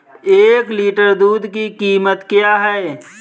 एक लीटर दूध की कीमत क्या है?